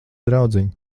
draudziņ